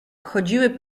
chodziły